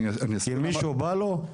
כי מישהו בא לו?